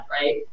right